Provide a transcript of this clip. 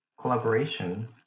collaboration